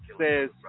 says